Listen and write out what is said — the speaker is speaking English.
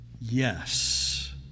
yes